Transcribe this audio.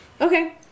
Okay